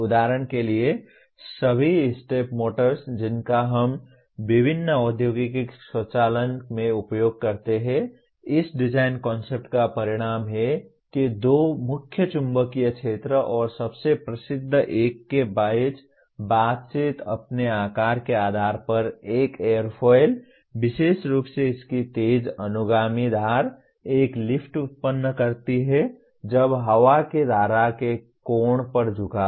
उदाहरण के लिए सभी स्टेप मोटर्स जिनका हम विभिन्न औद्योगिक स्वचालन में उपयोग करते हैं इस डिज़ाइन कन्सेप्ट् का परिणाम है कि दो मुख्य चुंबकीय क्षेत्र और सबसे प्रसिद्ध एक के बीच बातचीत अपने आकार के आधार पर एक एयरफ़ॉइल विशेष रूप से इसकी तेज अनुगामी धार एक लिफ्ट उत्पन्न करती है जब हवा की धारा के कोण पर झुका हो